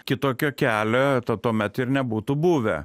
kitokio kelio tuo tuomet ir nebūtų buvę